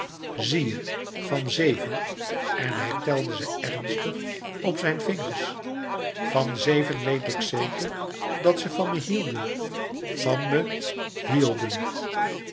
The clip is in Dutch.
zie je van zeven en hij telde ze ernstig op zijn vingers van zeven weet ik zeker dat ze van me hielden van me hiélden